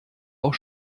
auch